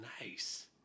Nice